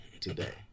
today